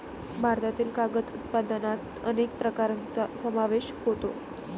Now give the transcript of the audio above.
भारतातील कागद उत्पादनात अनेक प्रकारांचा समावेश होतो